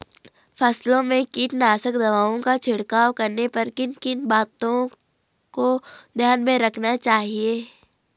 फसलों में कीटनाशक दवाओं का छिड़काव करने पर किन किन बातों को ध्यान में रखना चाहिए?